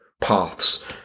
paths